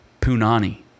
punani